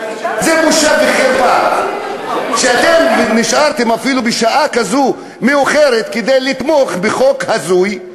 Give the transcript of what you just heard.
זו בושה וחרפה שאתם נשארתם אפילו בשעה כזאת מאוחרת כדי לתמוך בחוק הזוי.